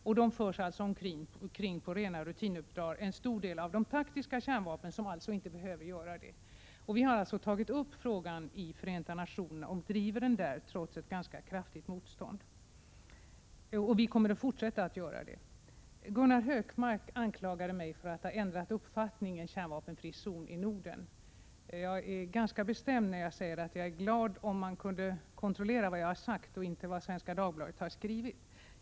En stor del av de taktiska kärnvapnen förs alltså omkring ombord på fartyg på rutinuppdrag, även om det inte skulle behövas. Vi har alltså tagit upp frågan i FN och driver den där trots ett ganska kraftigt motstånd. Vi kommer också att fortsätta att göra det. Gunnar Hökmark anklagade mig för att ha ändrat uppfattning i frågan om en kärnvapenfri zon i Norden. Jag är ganska bestämd när jag säger att jag vore glad om man kunde kontrollera vad jag har sagt och inte gick efter vad Svenska Dagbladet har skrivit.